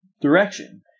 Direction